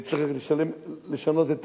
צריך לשנות את